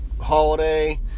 holiday